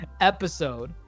episode